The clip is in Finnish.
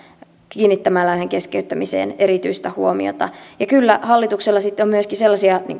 kiinnittämällä tähän keskeyttämiseen erityistä huomiota ja kyllä hallituksella sitten on myöskin sellaisia